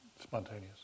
spontaneous